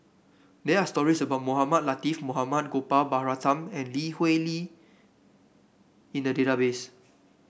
there are stories about Mohamed Latiff Mohamed Gopal Baratham and Lee Hui Li in the database